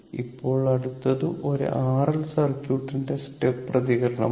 ഇപ്പോൾ അടുത്തത് ഒരു R L സർക്യൂട്ടിന്റെ സ്റ്റെപ്പ് പ്രതികരണമാണ്